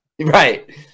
right